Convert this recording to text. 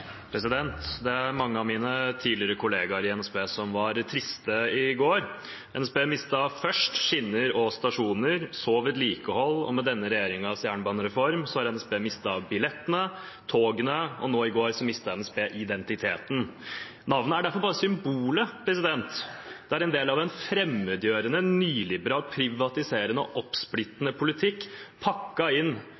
Det er mange av mine tidligere kollegaer i NSB som var triste i går. NSB mistet først skinner og stasjoner, så vedlikehold, og med denne regjeringens jernbanereform har NSB mistet billettene, togene, og i går mistet NSB identiteten. Navnet er derfor bare symbolet. Det er en del av en fremmedgjørende, nyliberal, privatiserende og